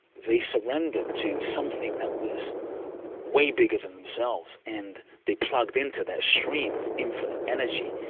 they surrendered to something that was way bigger than themselves, and they plugged into that stream of infinite energy.